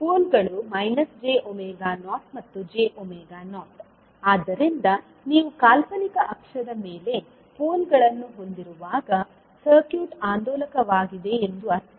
ಪೋಲ್ಗಳು j0 ಮತ್ತು j0 ಆದ್ದರಿಂದ ನೀವು ಕಾಲ್ಪನಿಕ ಅಕ್ಷದ ಮೇಲೆ ಪೋಲ್ಗಳನ್ನು ಹೊಂದಿರುವಾಗ ಸರ್ಕ್ಯೂಟ್ ಆಂದೋಲಕವಾಗಿದೆ ಎಂದು ಅರ್ಥ